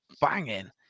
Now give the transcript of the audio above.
banging